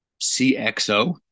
cxo